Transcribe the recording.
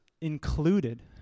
included